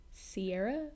Sierra